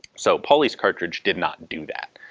so pauly's cartridge did not do that.